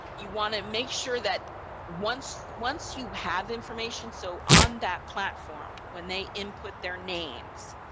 you want to make sure that once once you have information so on that platform, when they input their names,